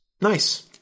Nice